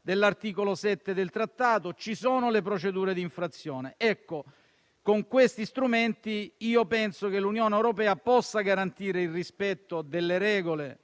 dell'articolo 7 del Trattato; ci sono le procedure di infrazione. Con questi strumenti penso che l'Unione europea possa garantire il rispetto delle regole